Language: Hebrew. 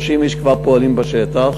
30 איש כבר פועלים בשטח.